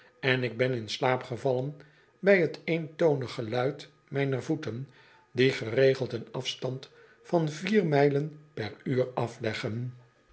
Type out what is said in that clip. en ik ben in slaap gevallen bij t eentonig geluid mijner voeten die geregeld een afstand van vier mijlen per uur afleggen